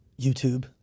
YouTube